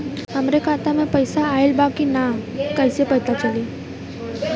हमरे खाता में पैसा ऑइल बा कि ना कैसे पता चली?